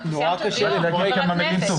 אנחנו סיימנו את הדיון, חבר הכנסת.